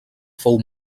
fou